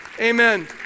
Amen